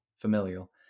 familial